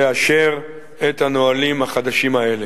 לאשר את הנהלים החדשים האלה.